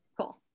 Cool